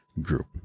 group